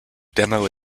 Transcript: demo